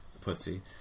pussy